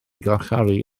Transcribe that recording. garcharu